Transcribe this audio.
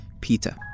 Peter